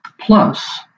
plus